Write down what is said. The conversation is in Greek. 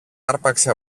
άρπαξε